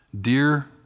Dear